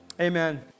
Amen